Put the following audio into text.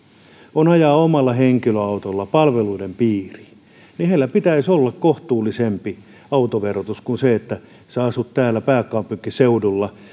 on ajaa omalla henkilöautolla palveluiden piiriin pitäisi olla kohtuullisempi autoverotus kuin silloin kun asut täällä pääkaupunkiseudulla